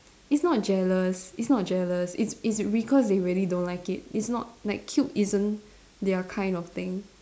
it's not jealous it's not jealous it's it's because they really don't like it's not like cute isn't their kind of thing